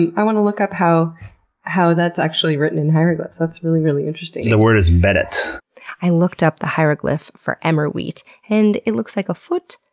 and i want to look up how how that's actually written in hieroglyphs. that's really, really interesting. the word is but bdt. i looked up the hieroglyph for emmer wheat, and it looks like a foot,